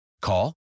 Call